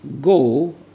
go